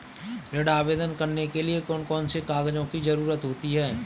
ऋण आवेदन करने के लिए कौन कौन से कागजों की जरूरत होती है?